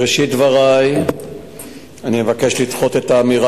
בראשית דברי אני מבקש לדחות את האמירה,